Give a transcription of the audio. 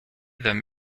them